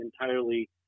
entirely